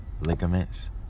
Ligaments